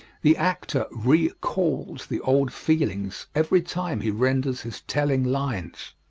the actor re-calls the old feelings every time he renders his telling lines.